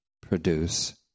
produce